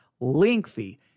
lengthy